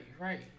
right